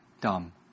dumb